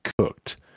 cooked